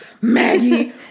Maggie